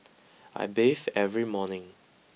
I bathe every morning